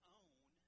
own